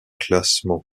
classement